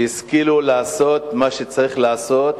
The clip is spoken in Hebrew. שהשכילו לעשות מה שצריך לעשות